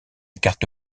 carte